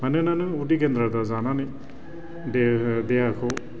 मानोनो नों उदै गेनद्राद्रा जानानै देहाखौ